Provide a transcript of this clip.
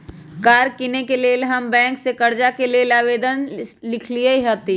कार किनेके लेल हम बैंक से कर्जा के लेल आवेदन लिखलेए हती